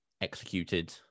executed